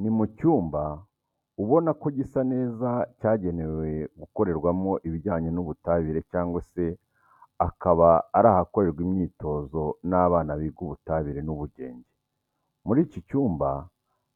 Ni mu cyumba ubona ko gisa neza cyagenewe gukorerwamo ibijyanye n'ubutabire cyangwa se akaba ari ahakorerwa imyitozo n'abana biga Ubutabire n'Ubugenge. Muri iki cyumba